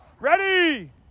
Ready